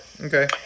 Okay